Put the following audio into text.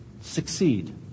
Succeed